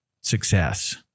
success